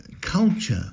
culture